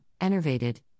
enervated